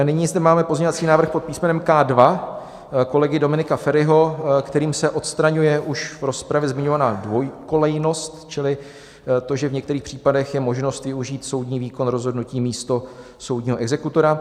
A nyní zde máme pozměňovací návrh pod písmenem K2 kolegy Dominika Feriho, kterým se odstraňuje už v rozpravě zmiňovaná dvojkolejnost čili to, že v některých případech je možnost využít soudní výkon rozhodnutí místo soudního exekutora.